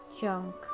junk